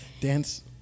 Dance